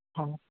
ହଁ